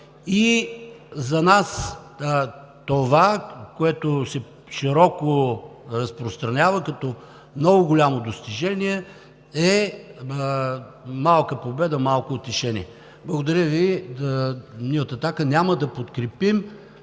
И за нас това, което широко се разпространява като много голямо достижение, е малка победа, малко утешение. Ние от „Атака“ няма да подкрепим